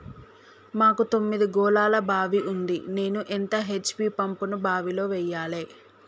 మాకు తొమ్మిది గోళాల బావి ఉంది నేను ఎంత హెచ్.పి పంపును బావిలో వెయ్యాలే?